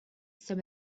some